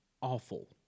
awful